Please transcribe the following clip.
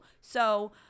So-